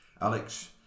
Alex